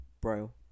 Braille